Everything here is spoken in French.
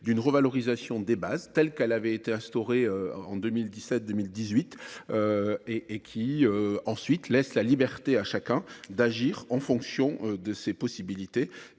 d’une revalorisation des bases telle qu’elle avait été instaurée en 2017-2018, laissant la liberté à chacun d’agir en fonction de ses possibilités